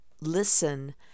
listen